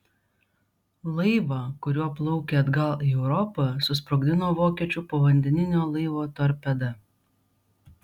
laivą kuriuo plaukė atgal į europą susprogdino vokiečių povandeninio laivo torpeda